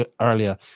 earlier